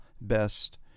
best